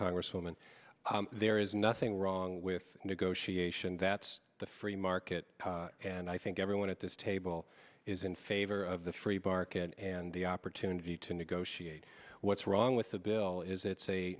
congresswoman there is nothing wrong with negotiation that's the free market and i think everyone at this table is in favor of the free market and the opportunity to negotiate what's wrong with the bill is it's a